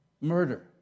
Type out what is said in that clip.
murder